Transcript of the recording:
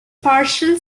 partial